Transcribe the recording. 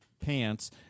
pants